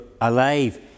alive